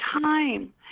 time